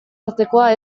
artekoa